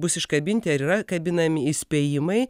bus iškabinti ar yra kabinami įspėjimai